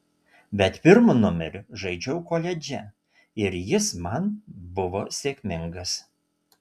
bet pirmu numeriu žaidžiau koledže ir jis man buvo sėkmingas